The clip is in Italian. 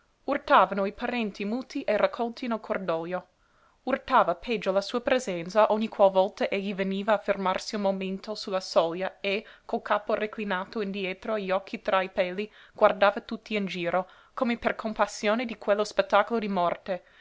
urtavano i parenti muti e raccolti nel cordoglio urtava peggio la sua presenza ogni qual volta egli veniva a fermarsi un momento su la soglia e col capo reclinato indietro e gli occhi tra i peli guardava tutti in giro come per compassione di quello spettacolo di morte